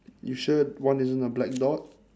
you sure one isn't a black dot